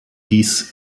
dies